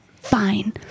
Fine